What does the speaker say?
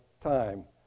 time